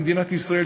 במדינת ישראל,